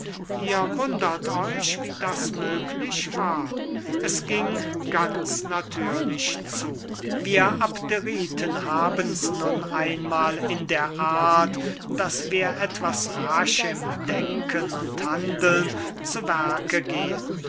ihr wundert euch wie das möglich war es ging ganz natürlich zu wir abderiten habens nun einmahl in der art daß wir etwas rasch im denken und handeln zu werke gehen